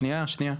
שנייה, שנייה.